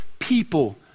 People